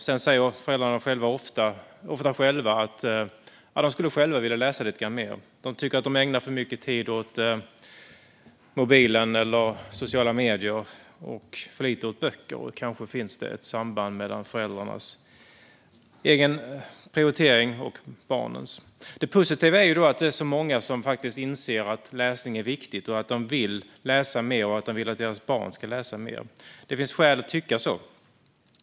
Sedan säger föräldrarna ofta att de själva skulle vilja läsa lite mer. De tycker att de ägnar för mycket tid åt mobilen eller sociala medier och för lite tid åt böcker. Kanske finns det ett samband mellan föräldrarnas egen prioritering och barnens. Det positiva är att det är så många som faktiskt inser att läsning är viktigt, att de vill läsa mer och att de vill att deras barn ska läsa mer. Det finns skäl att tycka så.